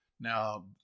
now